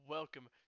Welcome